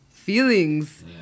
feelings